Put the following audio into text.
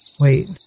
wait